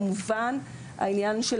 כמובן העניין של